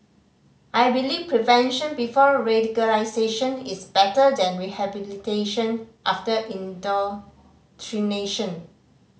I believe prevention before radicalisation is better than rehabilitation after indoctrination